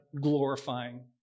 glorifying